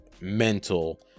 mental